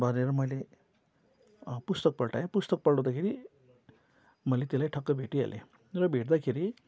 भनेर मैले पुस्तक पल्टाएँ पुस्तक पल्टाउँदाखेरि मैले त्यसलाई ठक्क भेटिहालेँ र भेट्दाखेरि